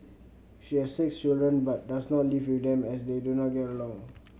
she has six children but does not live with them as they do not get along